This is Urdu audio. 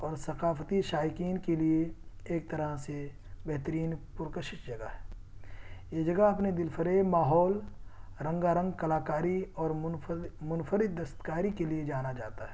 اور ثقافتی شائقین کے لیے ایک طرح سے بہترین پر کشش جگہ ہے یہ جگہ اپنے دلفریب ماحول رنگا رنگ کلا کاری اور منفرد دستکاری کے لیے جانا جاتا ہے